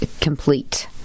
complete